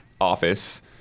office